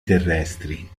terrestri